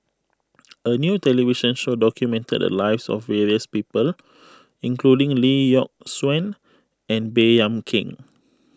a new television show documented the lives of various people including Lee Yock Suan and Baey Yam Keng